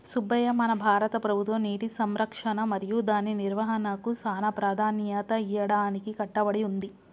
సుబ్బయ్య మన భారత ప్రభుత్వం నీటి సంరక్షణ మరియు దాని నిర్వాహనకు సానా ప్రదాన్యత ఇయ్యడానికి కట్టబడి ఉంది